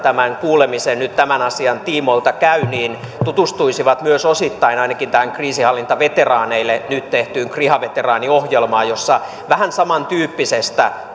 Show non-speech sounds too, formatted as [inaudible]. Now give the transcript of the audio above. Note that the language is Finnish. kuulemisen nyt tämän asian tiimoilta käy niin tutustuisivat myös ainakin osittain kriisinhallintaveteraaneille nyt tehtyyn kriha veteraaniohjelmaan jossa vähän samantyyppisestä [unintelligible]